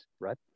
right